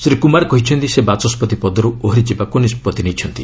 ଶ୍ରୀ କୁମାର କହିଛନ୍ତି ସେ ବାଚସ୍କତି ପଦରୁ ଓହରି ଯିବାକୁ ନିଷ୍ପଭି ନେଇଛନ୍ତି